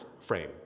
frame